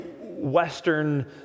Western